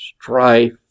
strife